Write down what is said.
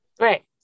Right